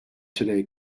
today